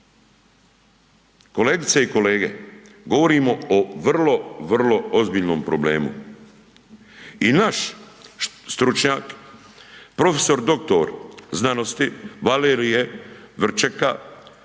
Kolegice i kolege, govorimo o vrlo, vrlo ozbiljnom problemu. I naš stručnjak, prof. dr. znanosti Valerije Vrčeka